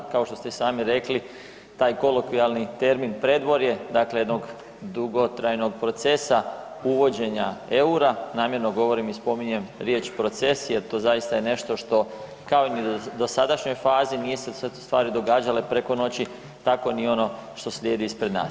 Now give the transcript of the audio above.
Kao što ste i sami rekli, taj kolokvijalni termin predvorje, dakle jednog dugotrajnog procesa uvođenja EUR-a, namjerno govorim i spominjem riječ „proces“ jer to zaista je nešto što kao ni u dosadašnjoj fazi nisu se stvari događale preko noći, tako ni ono što slijedi ispred nas.